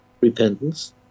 Repentance